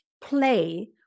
play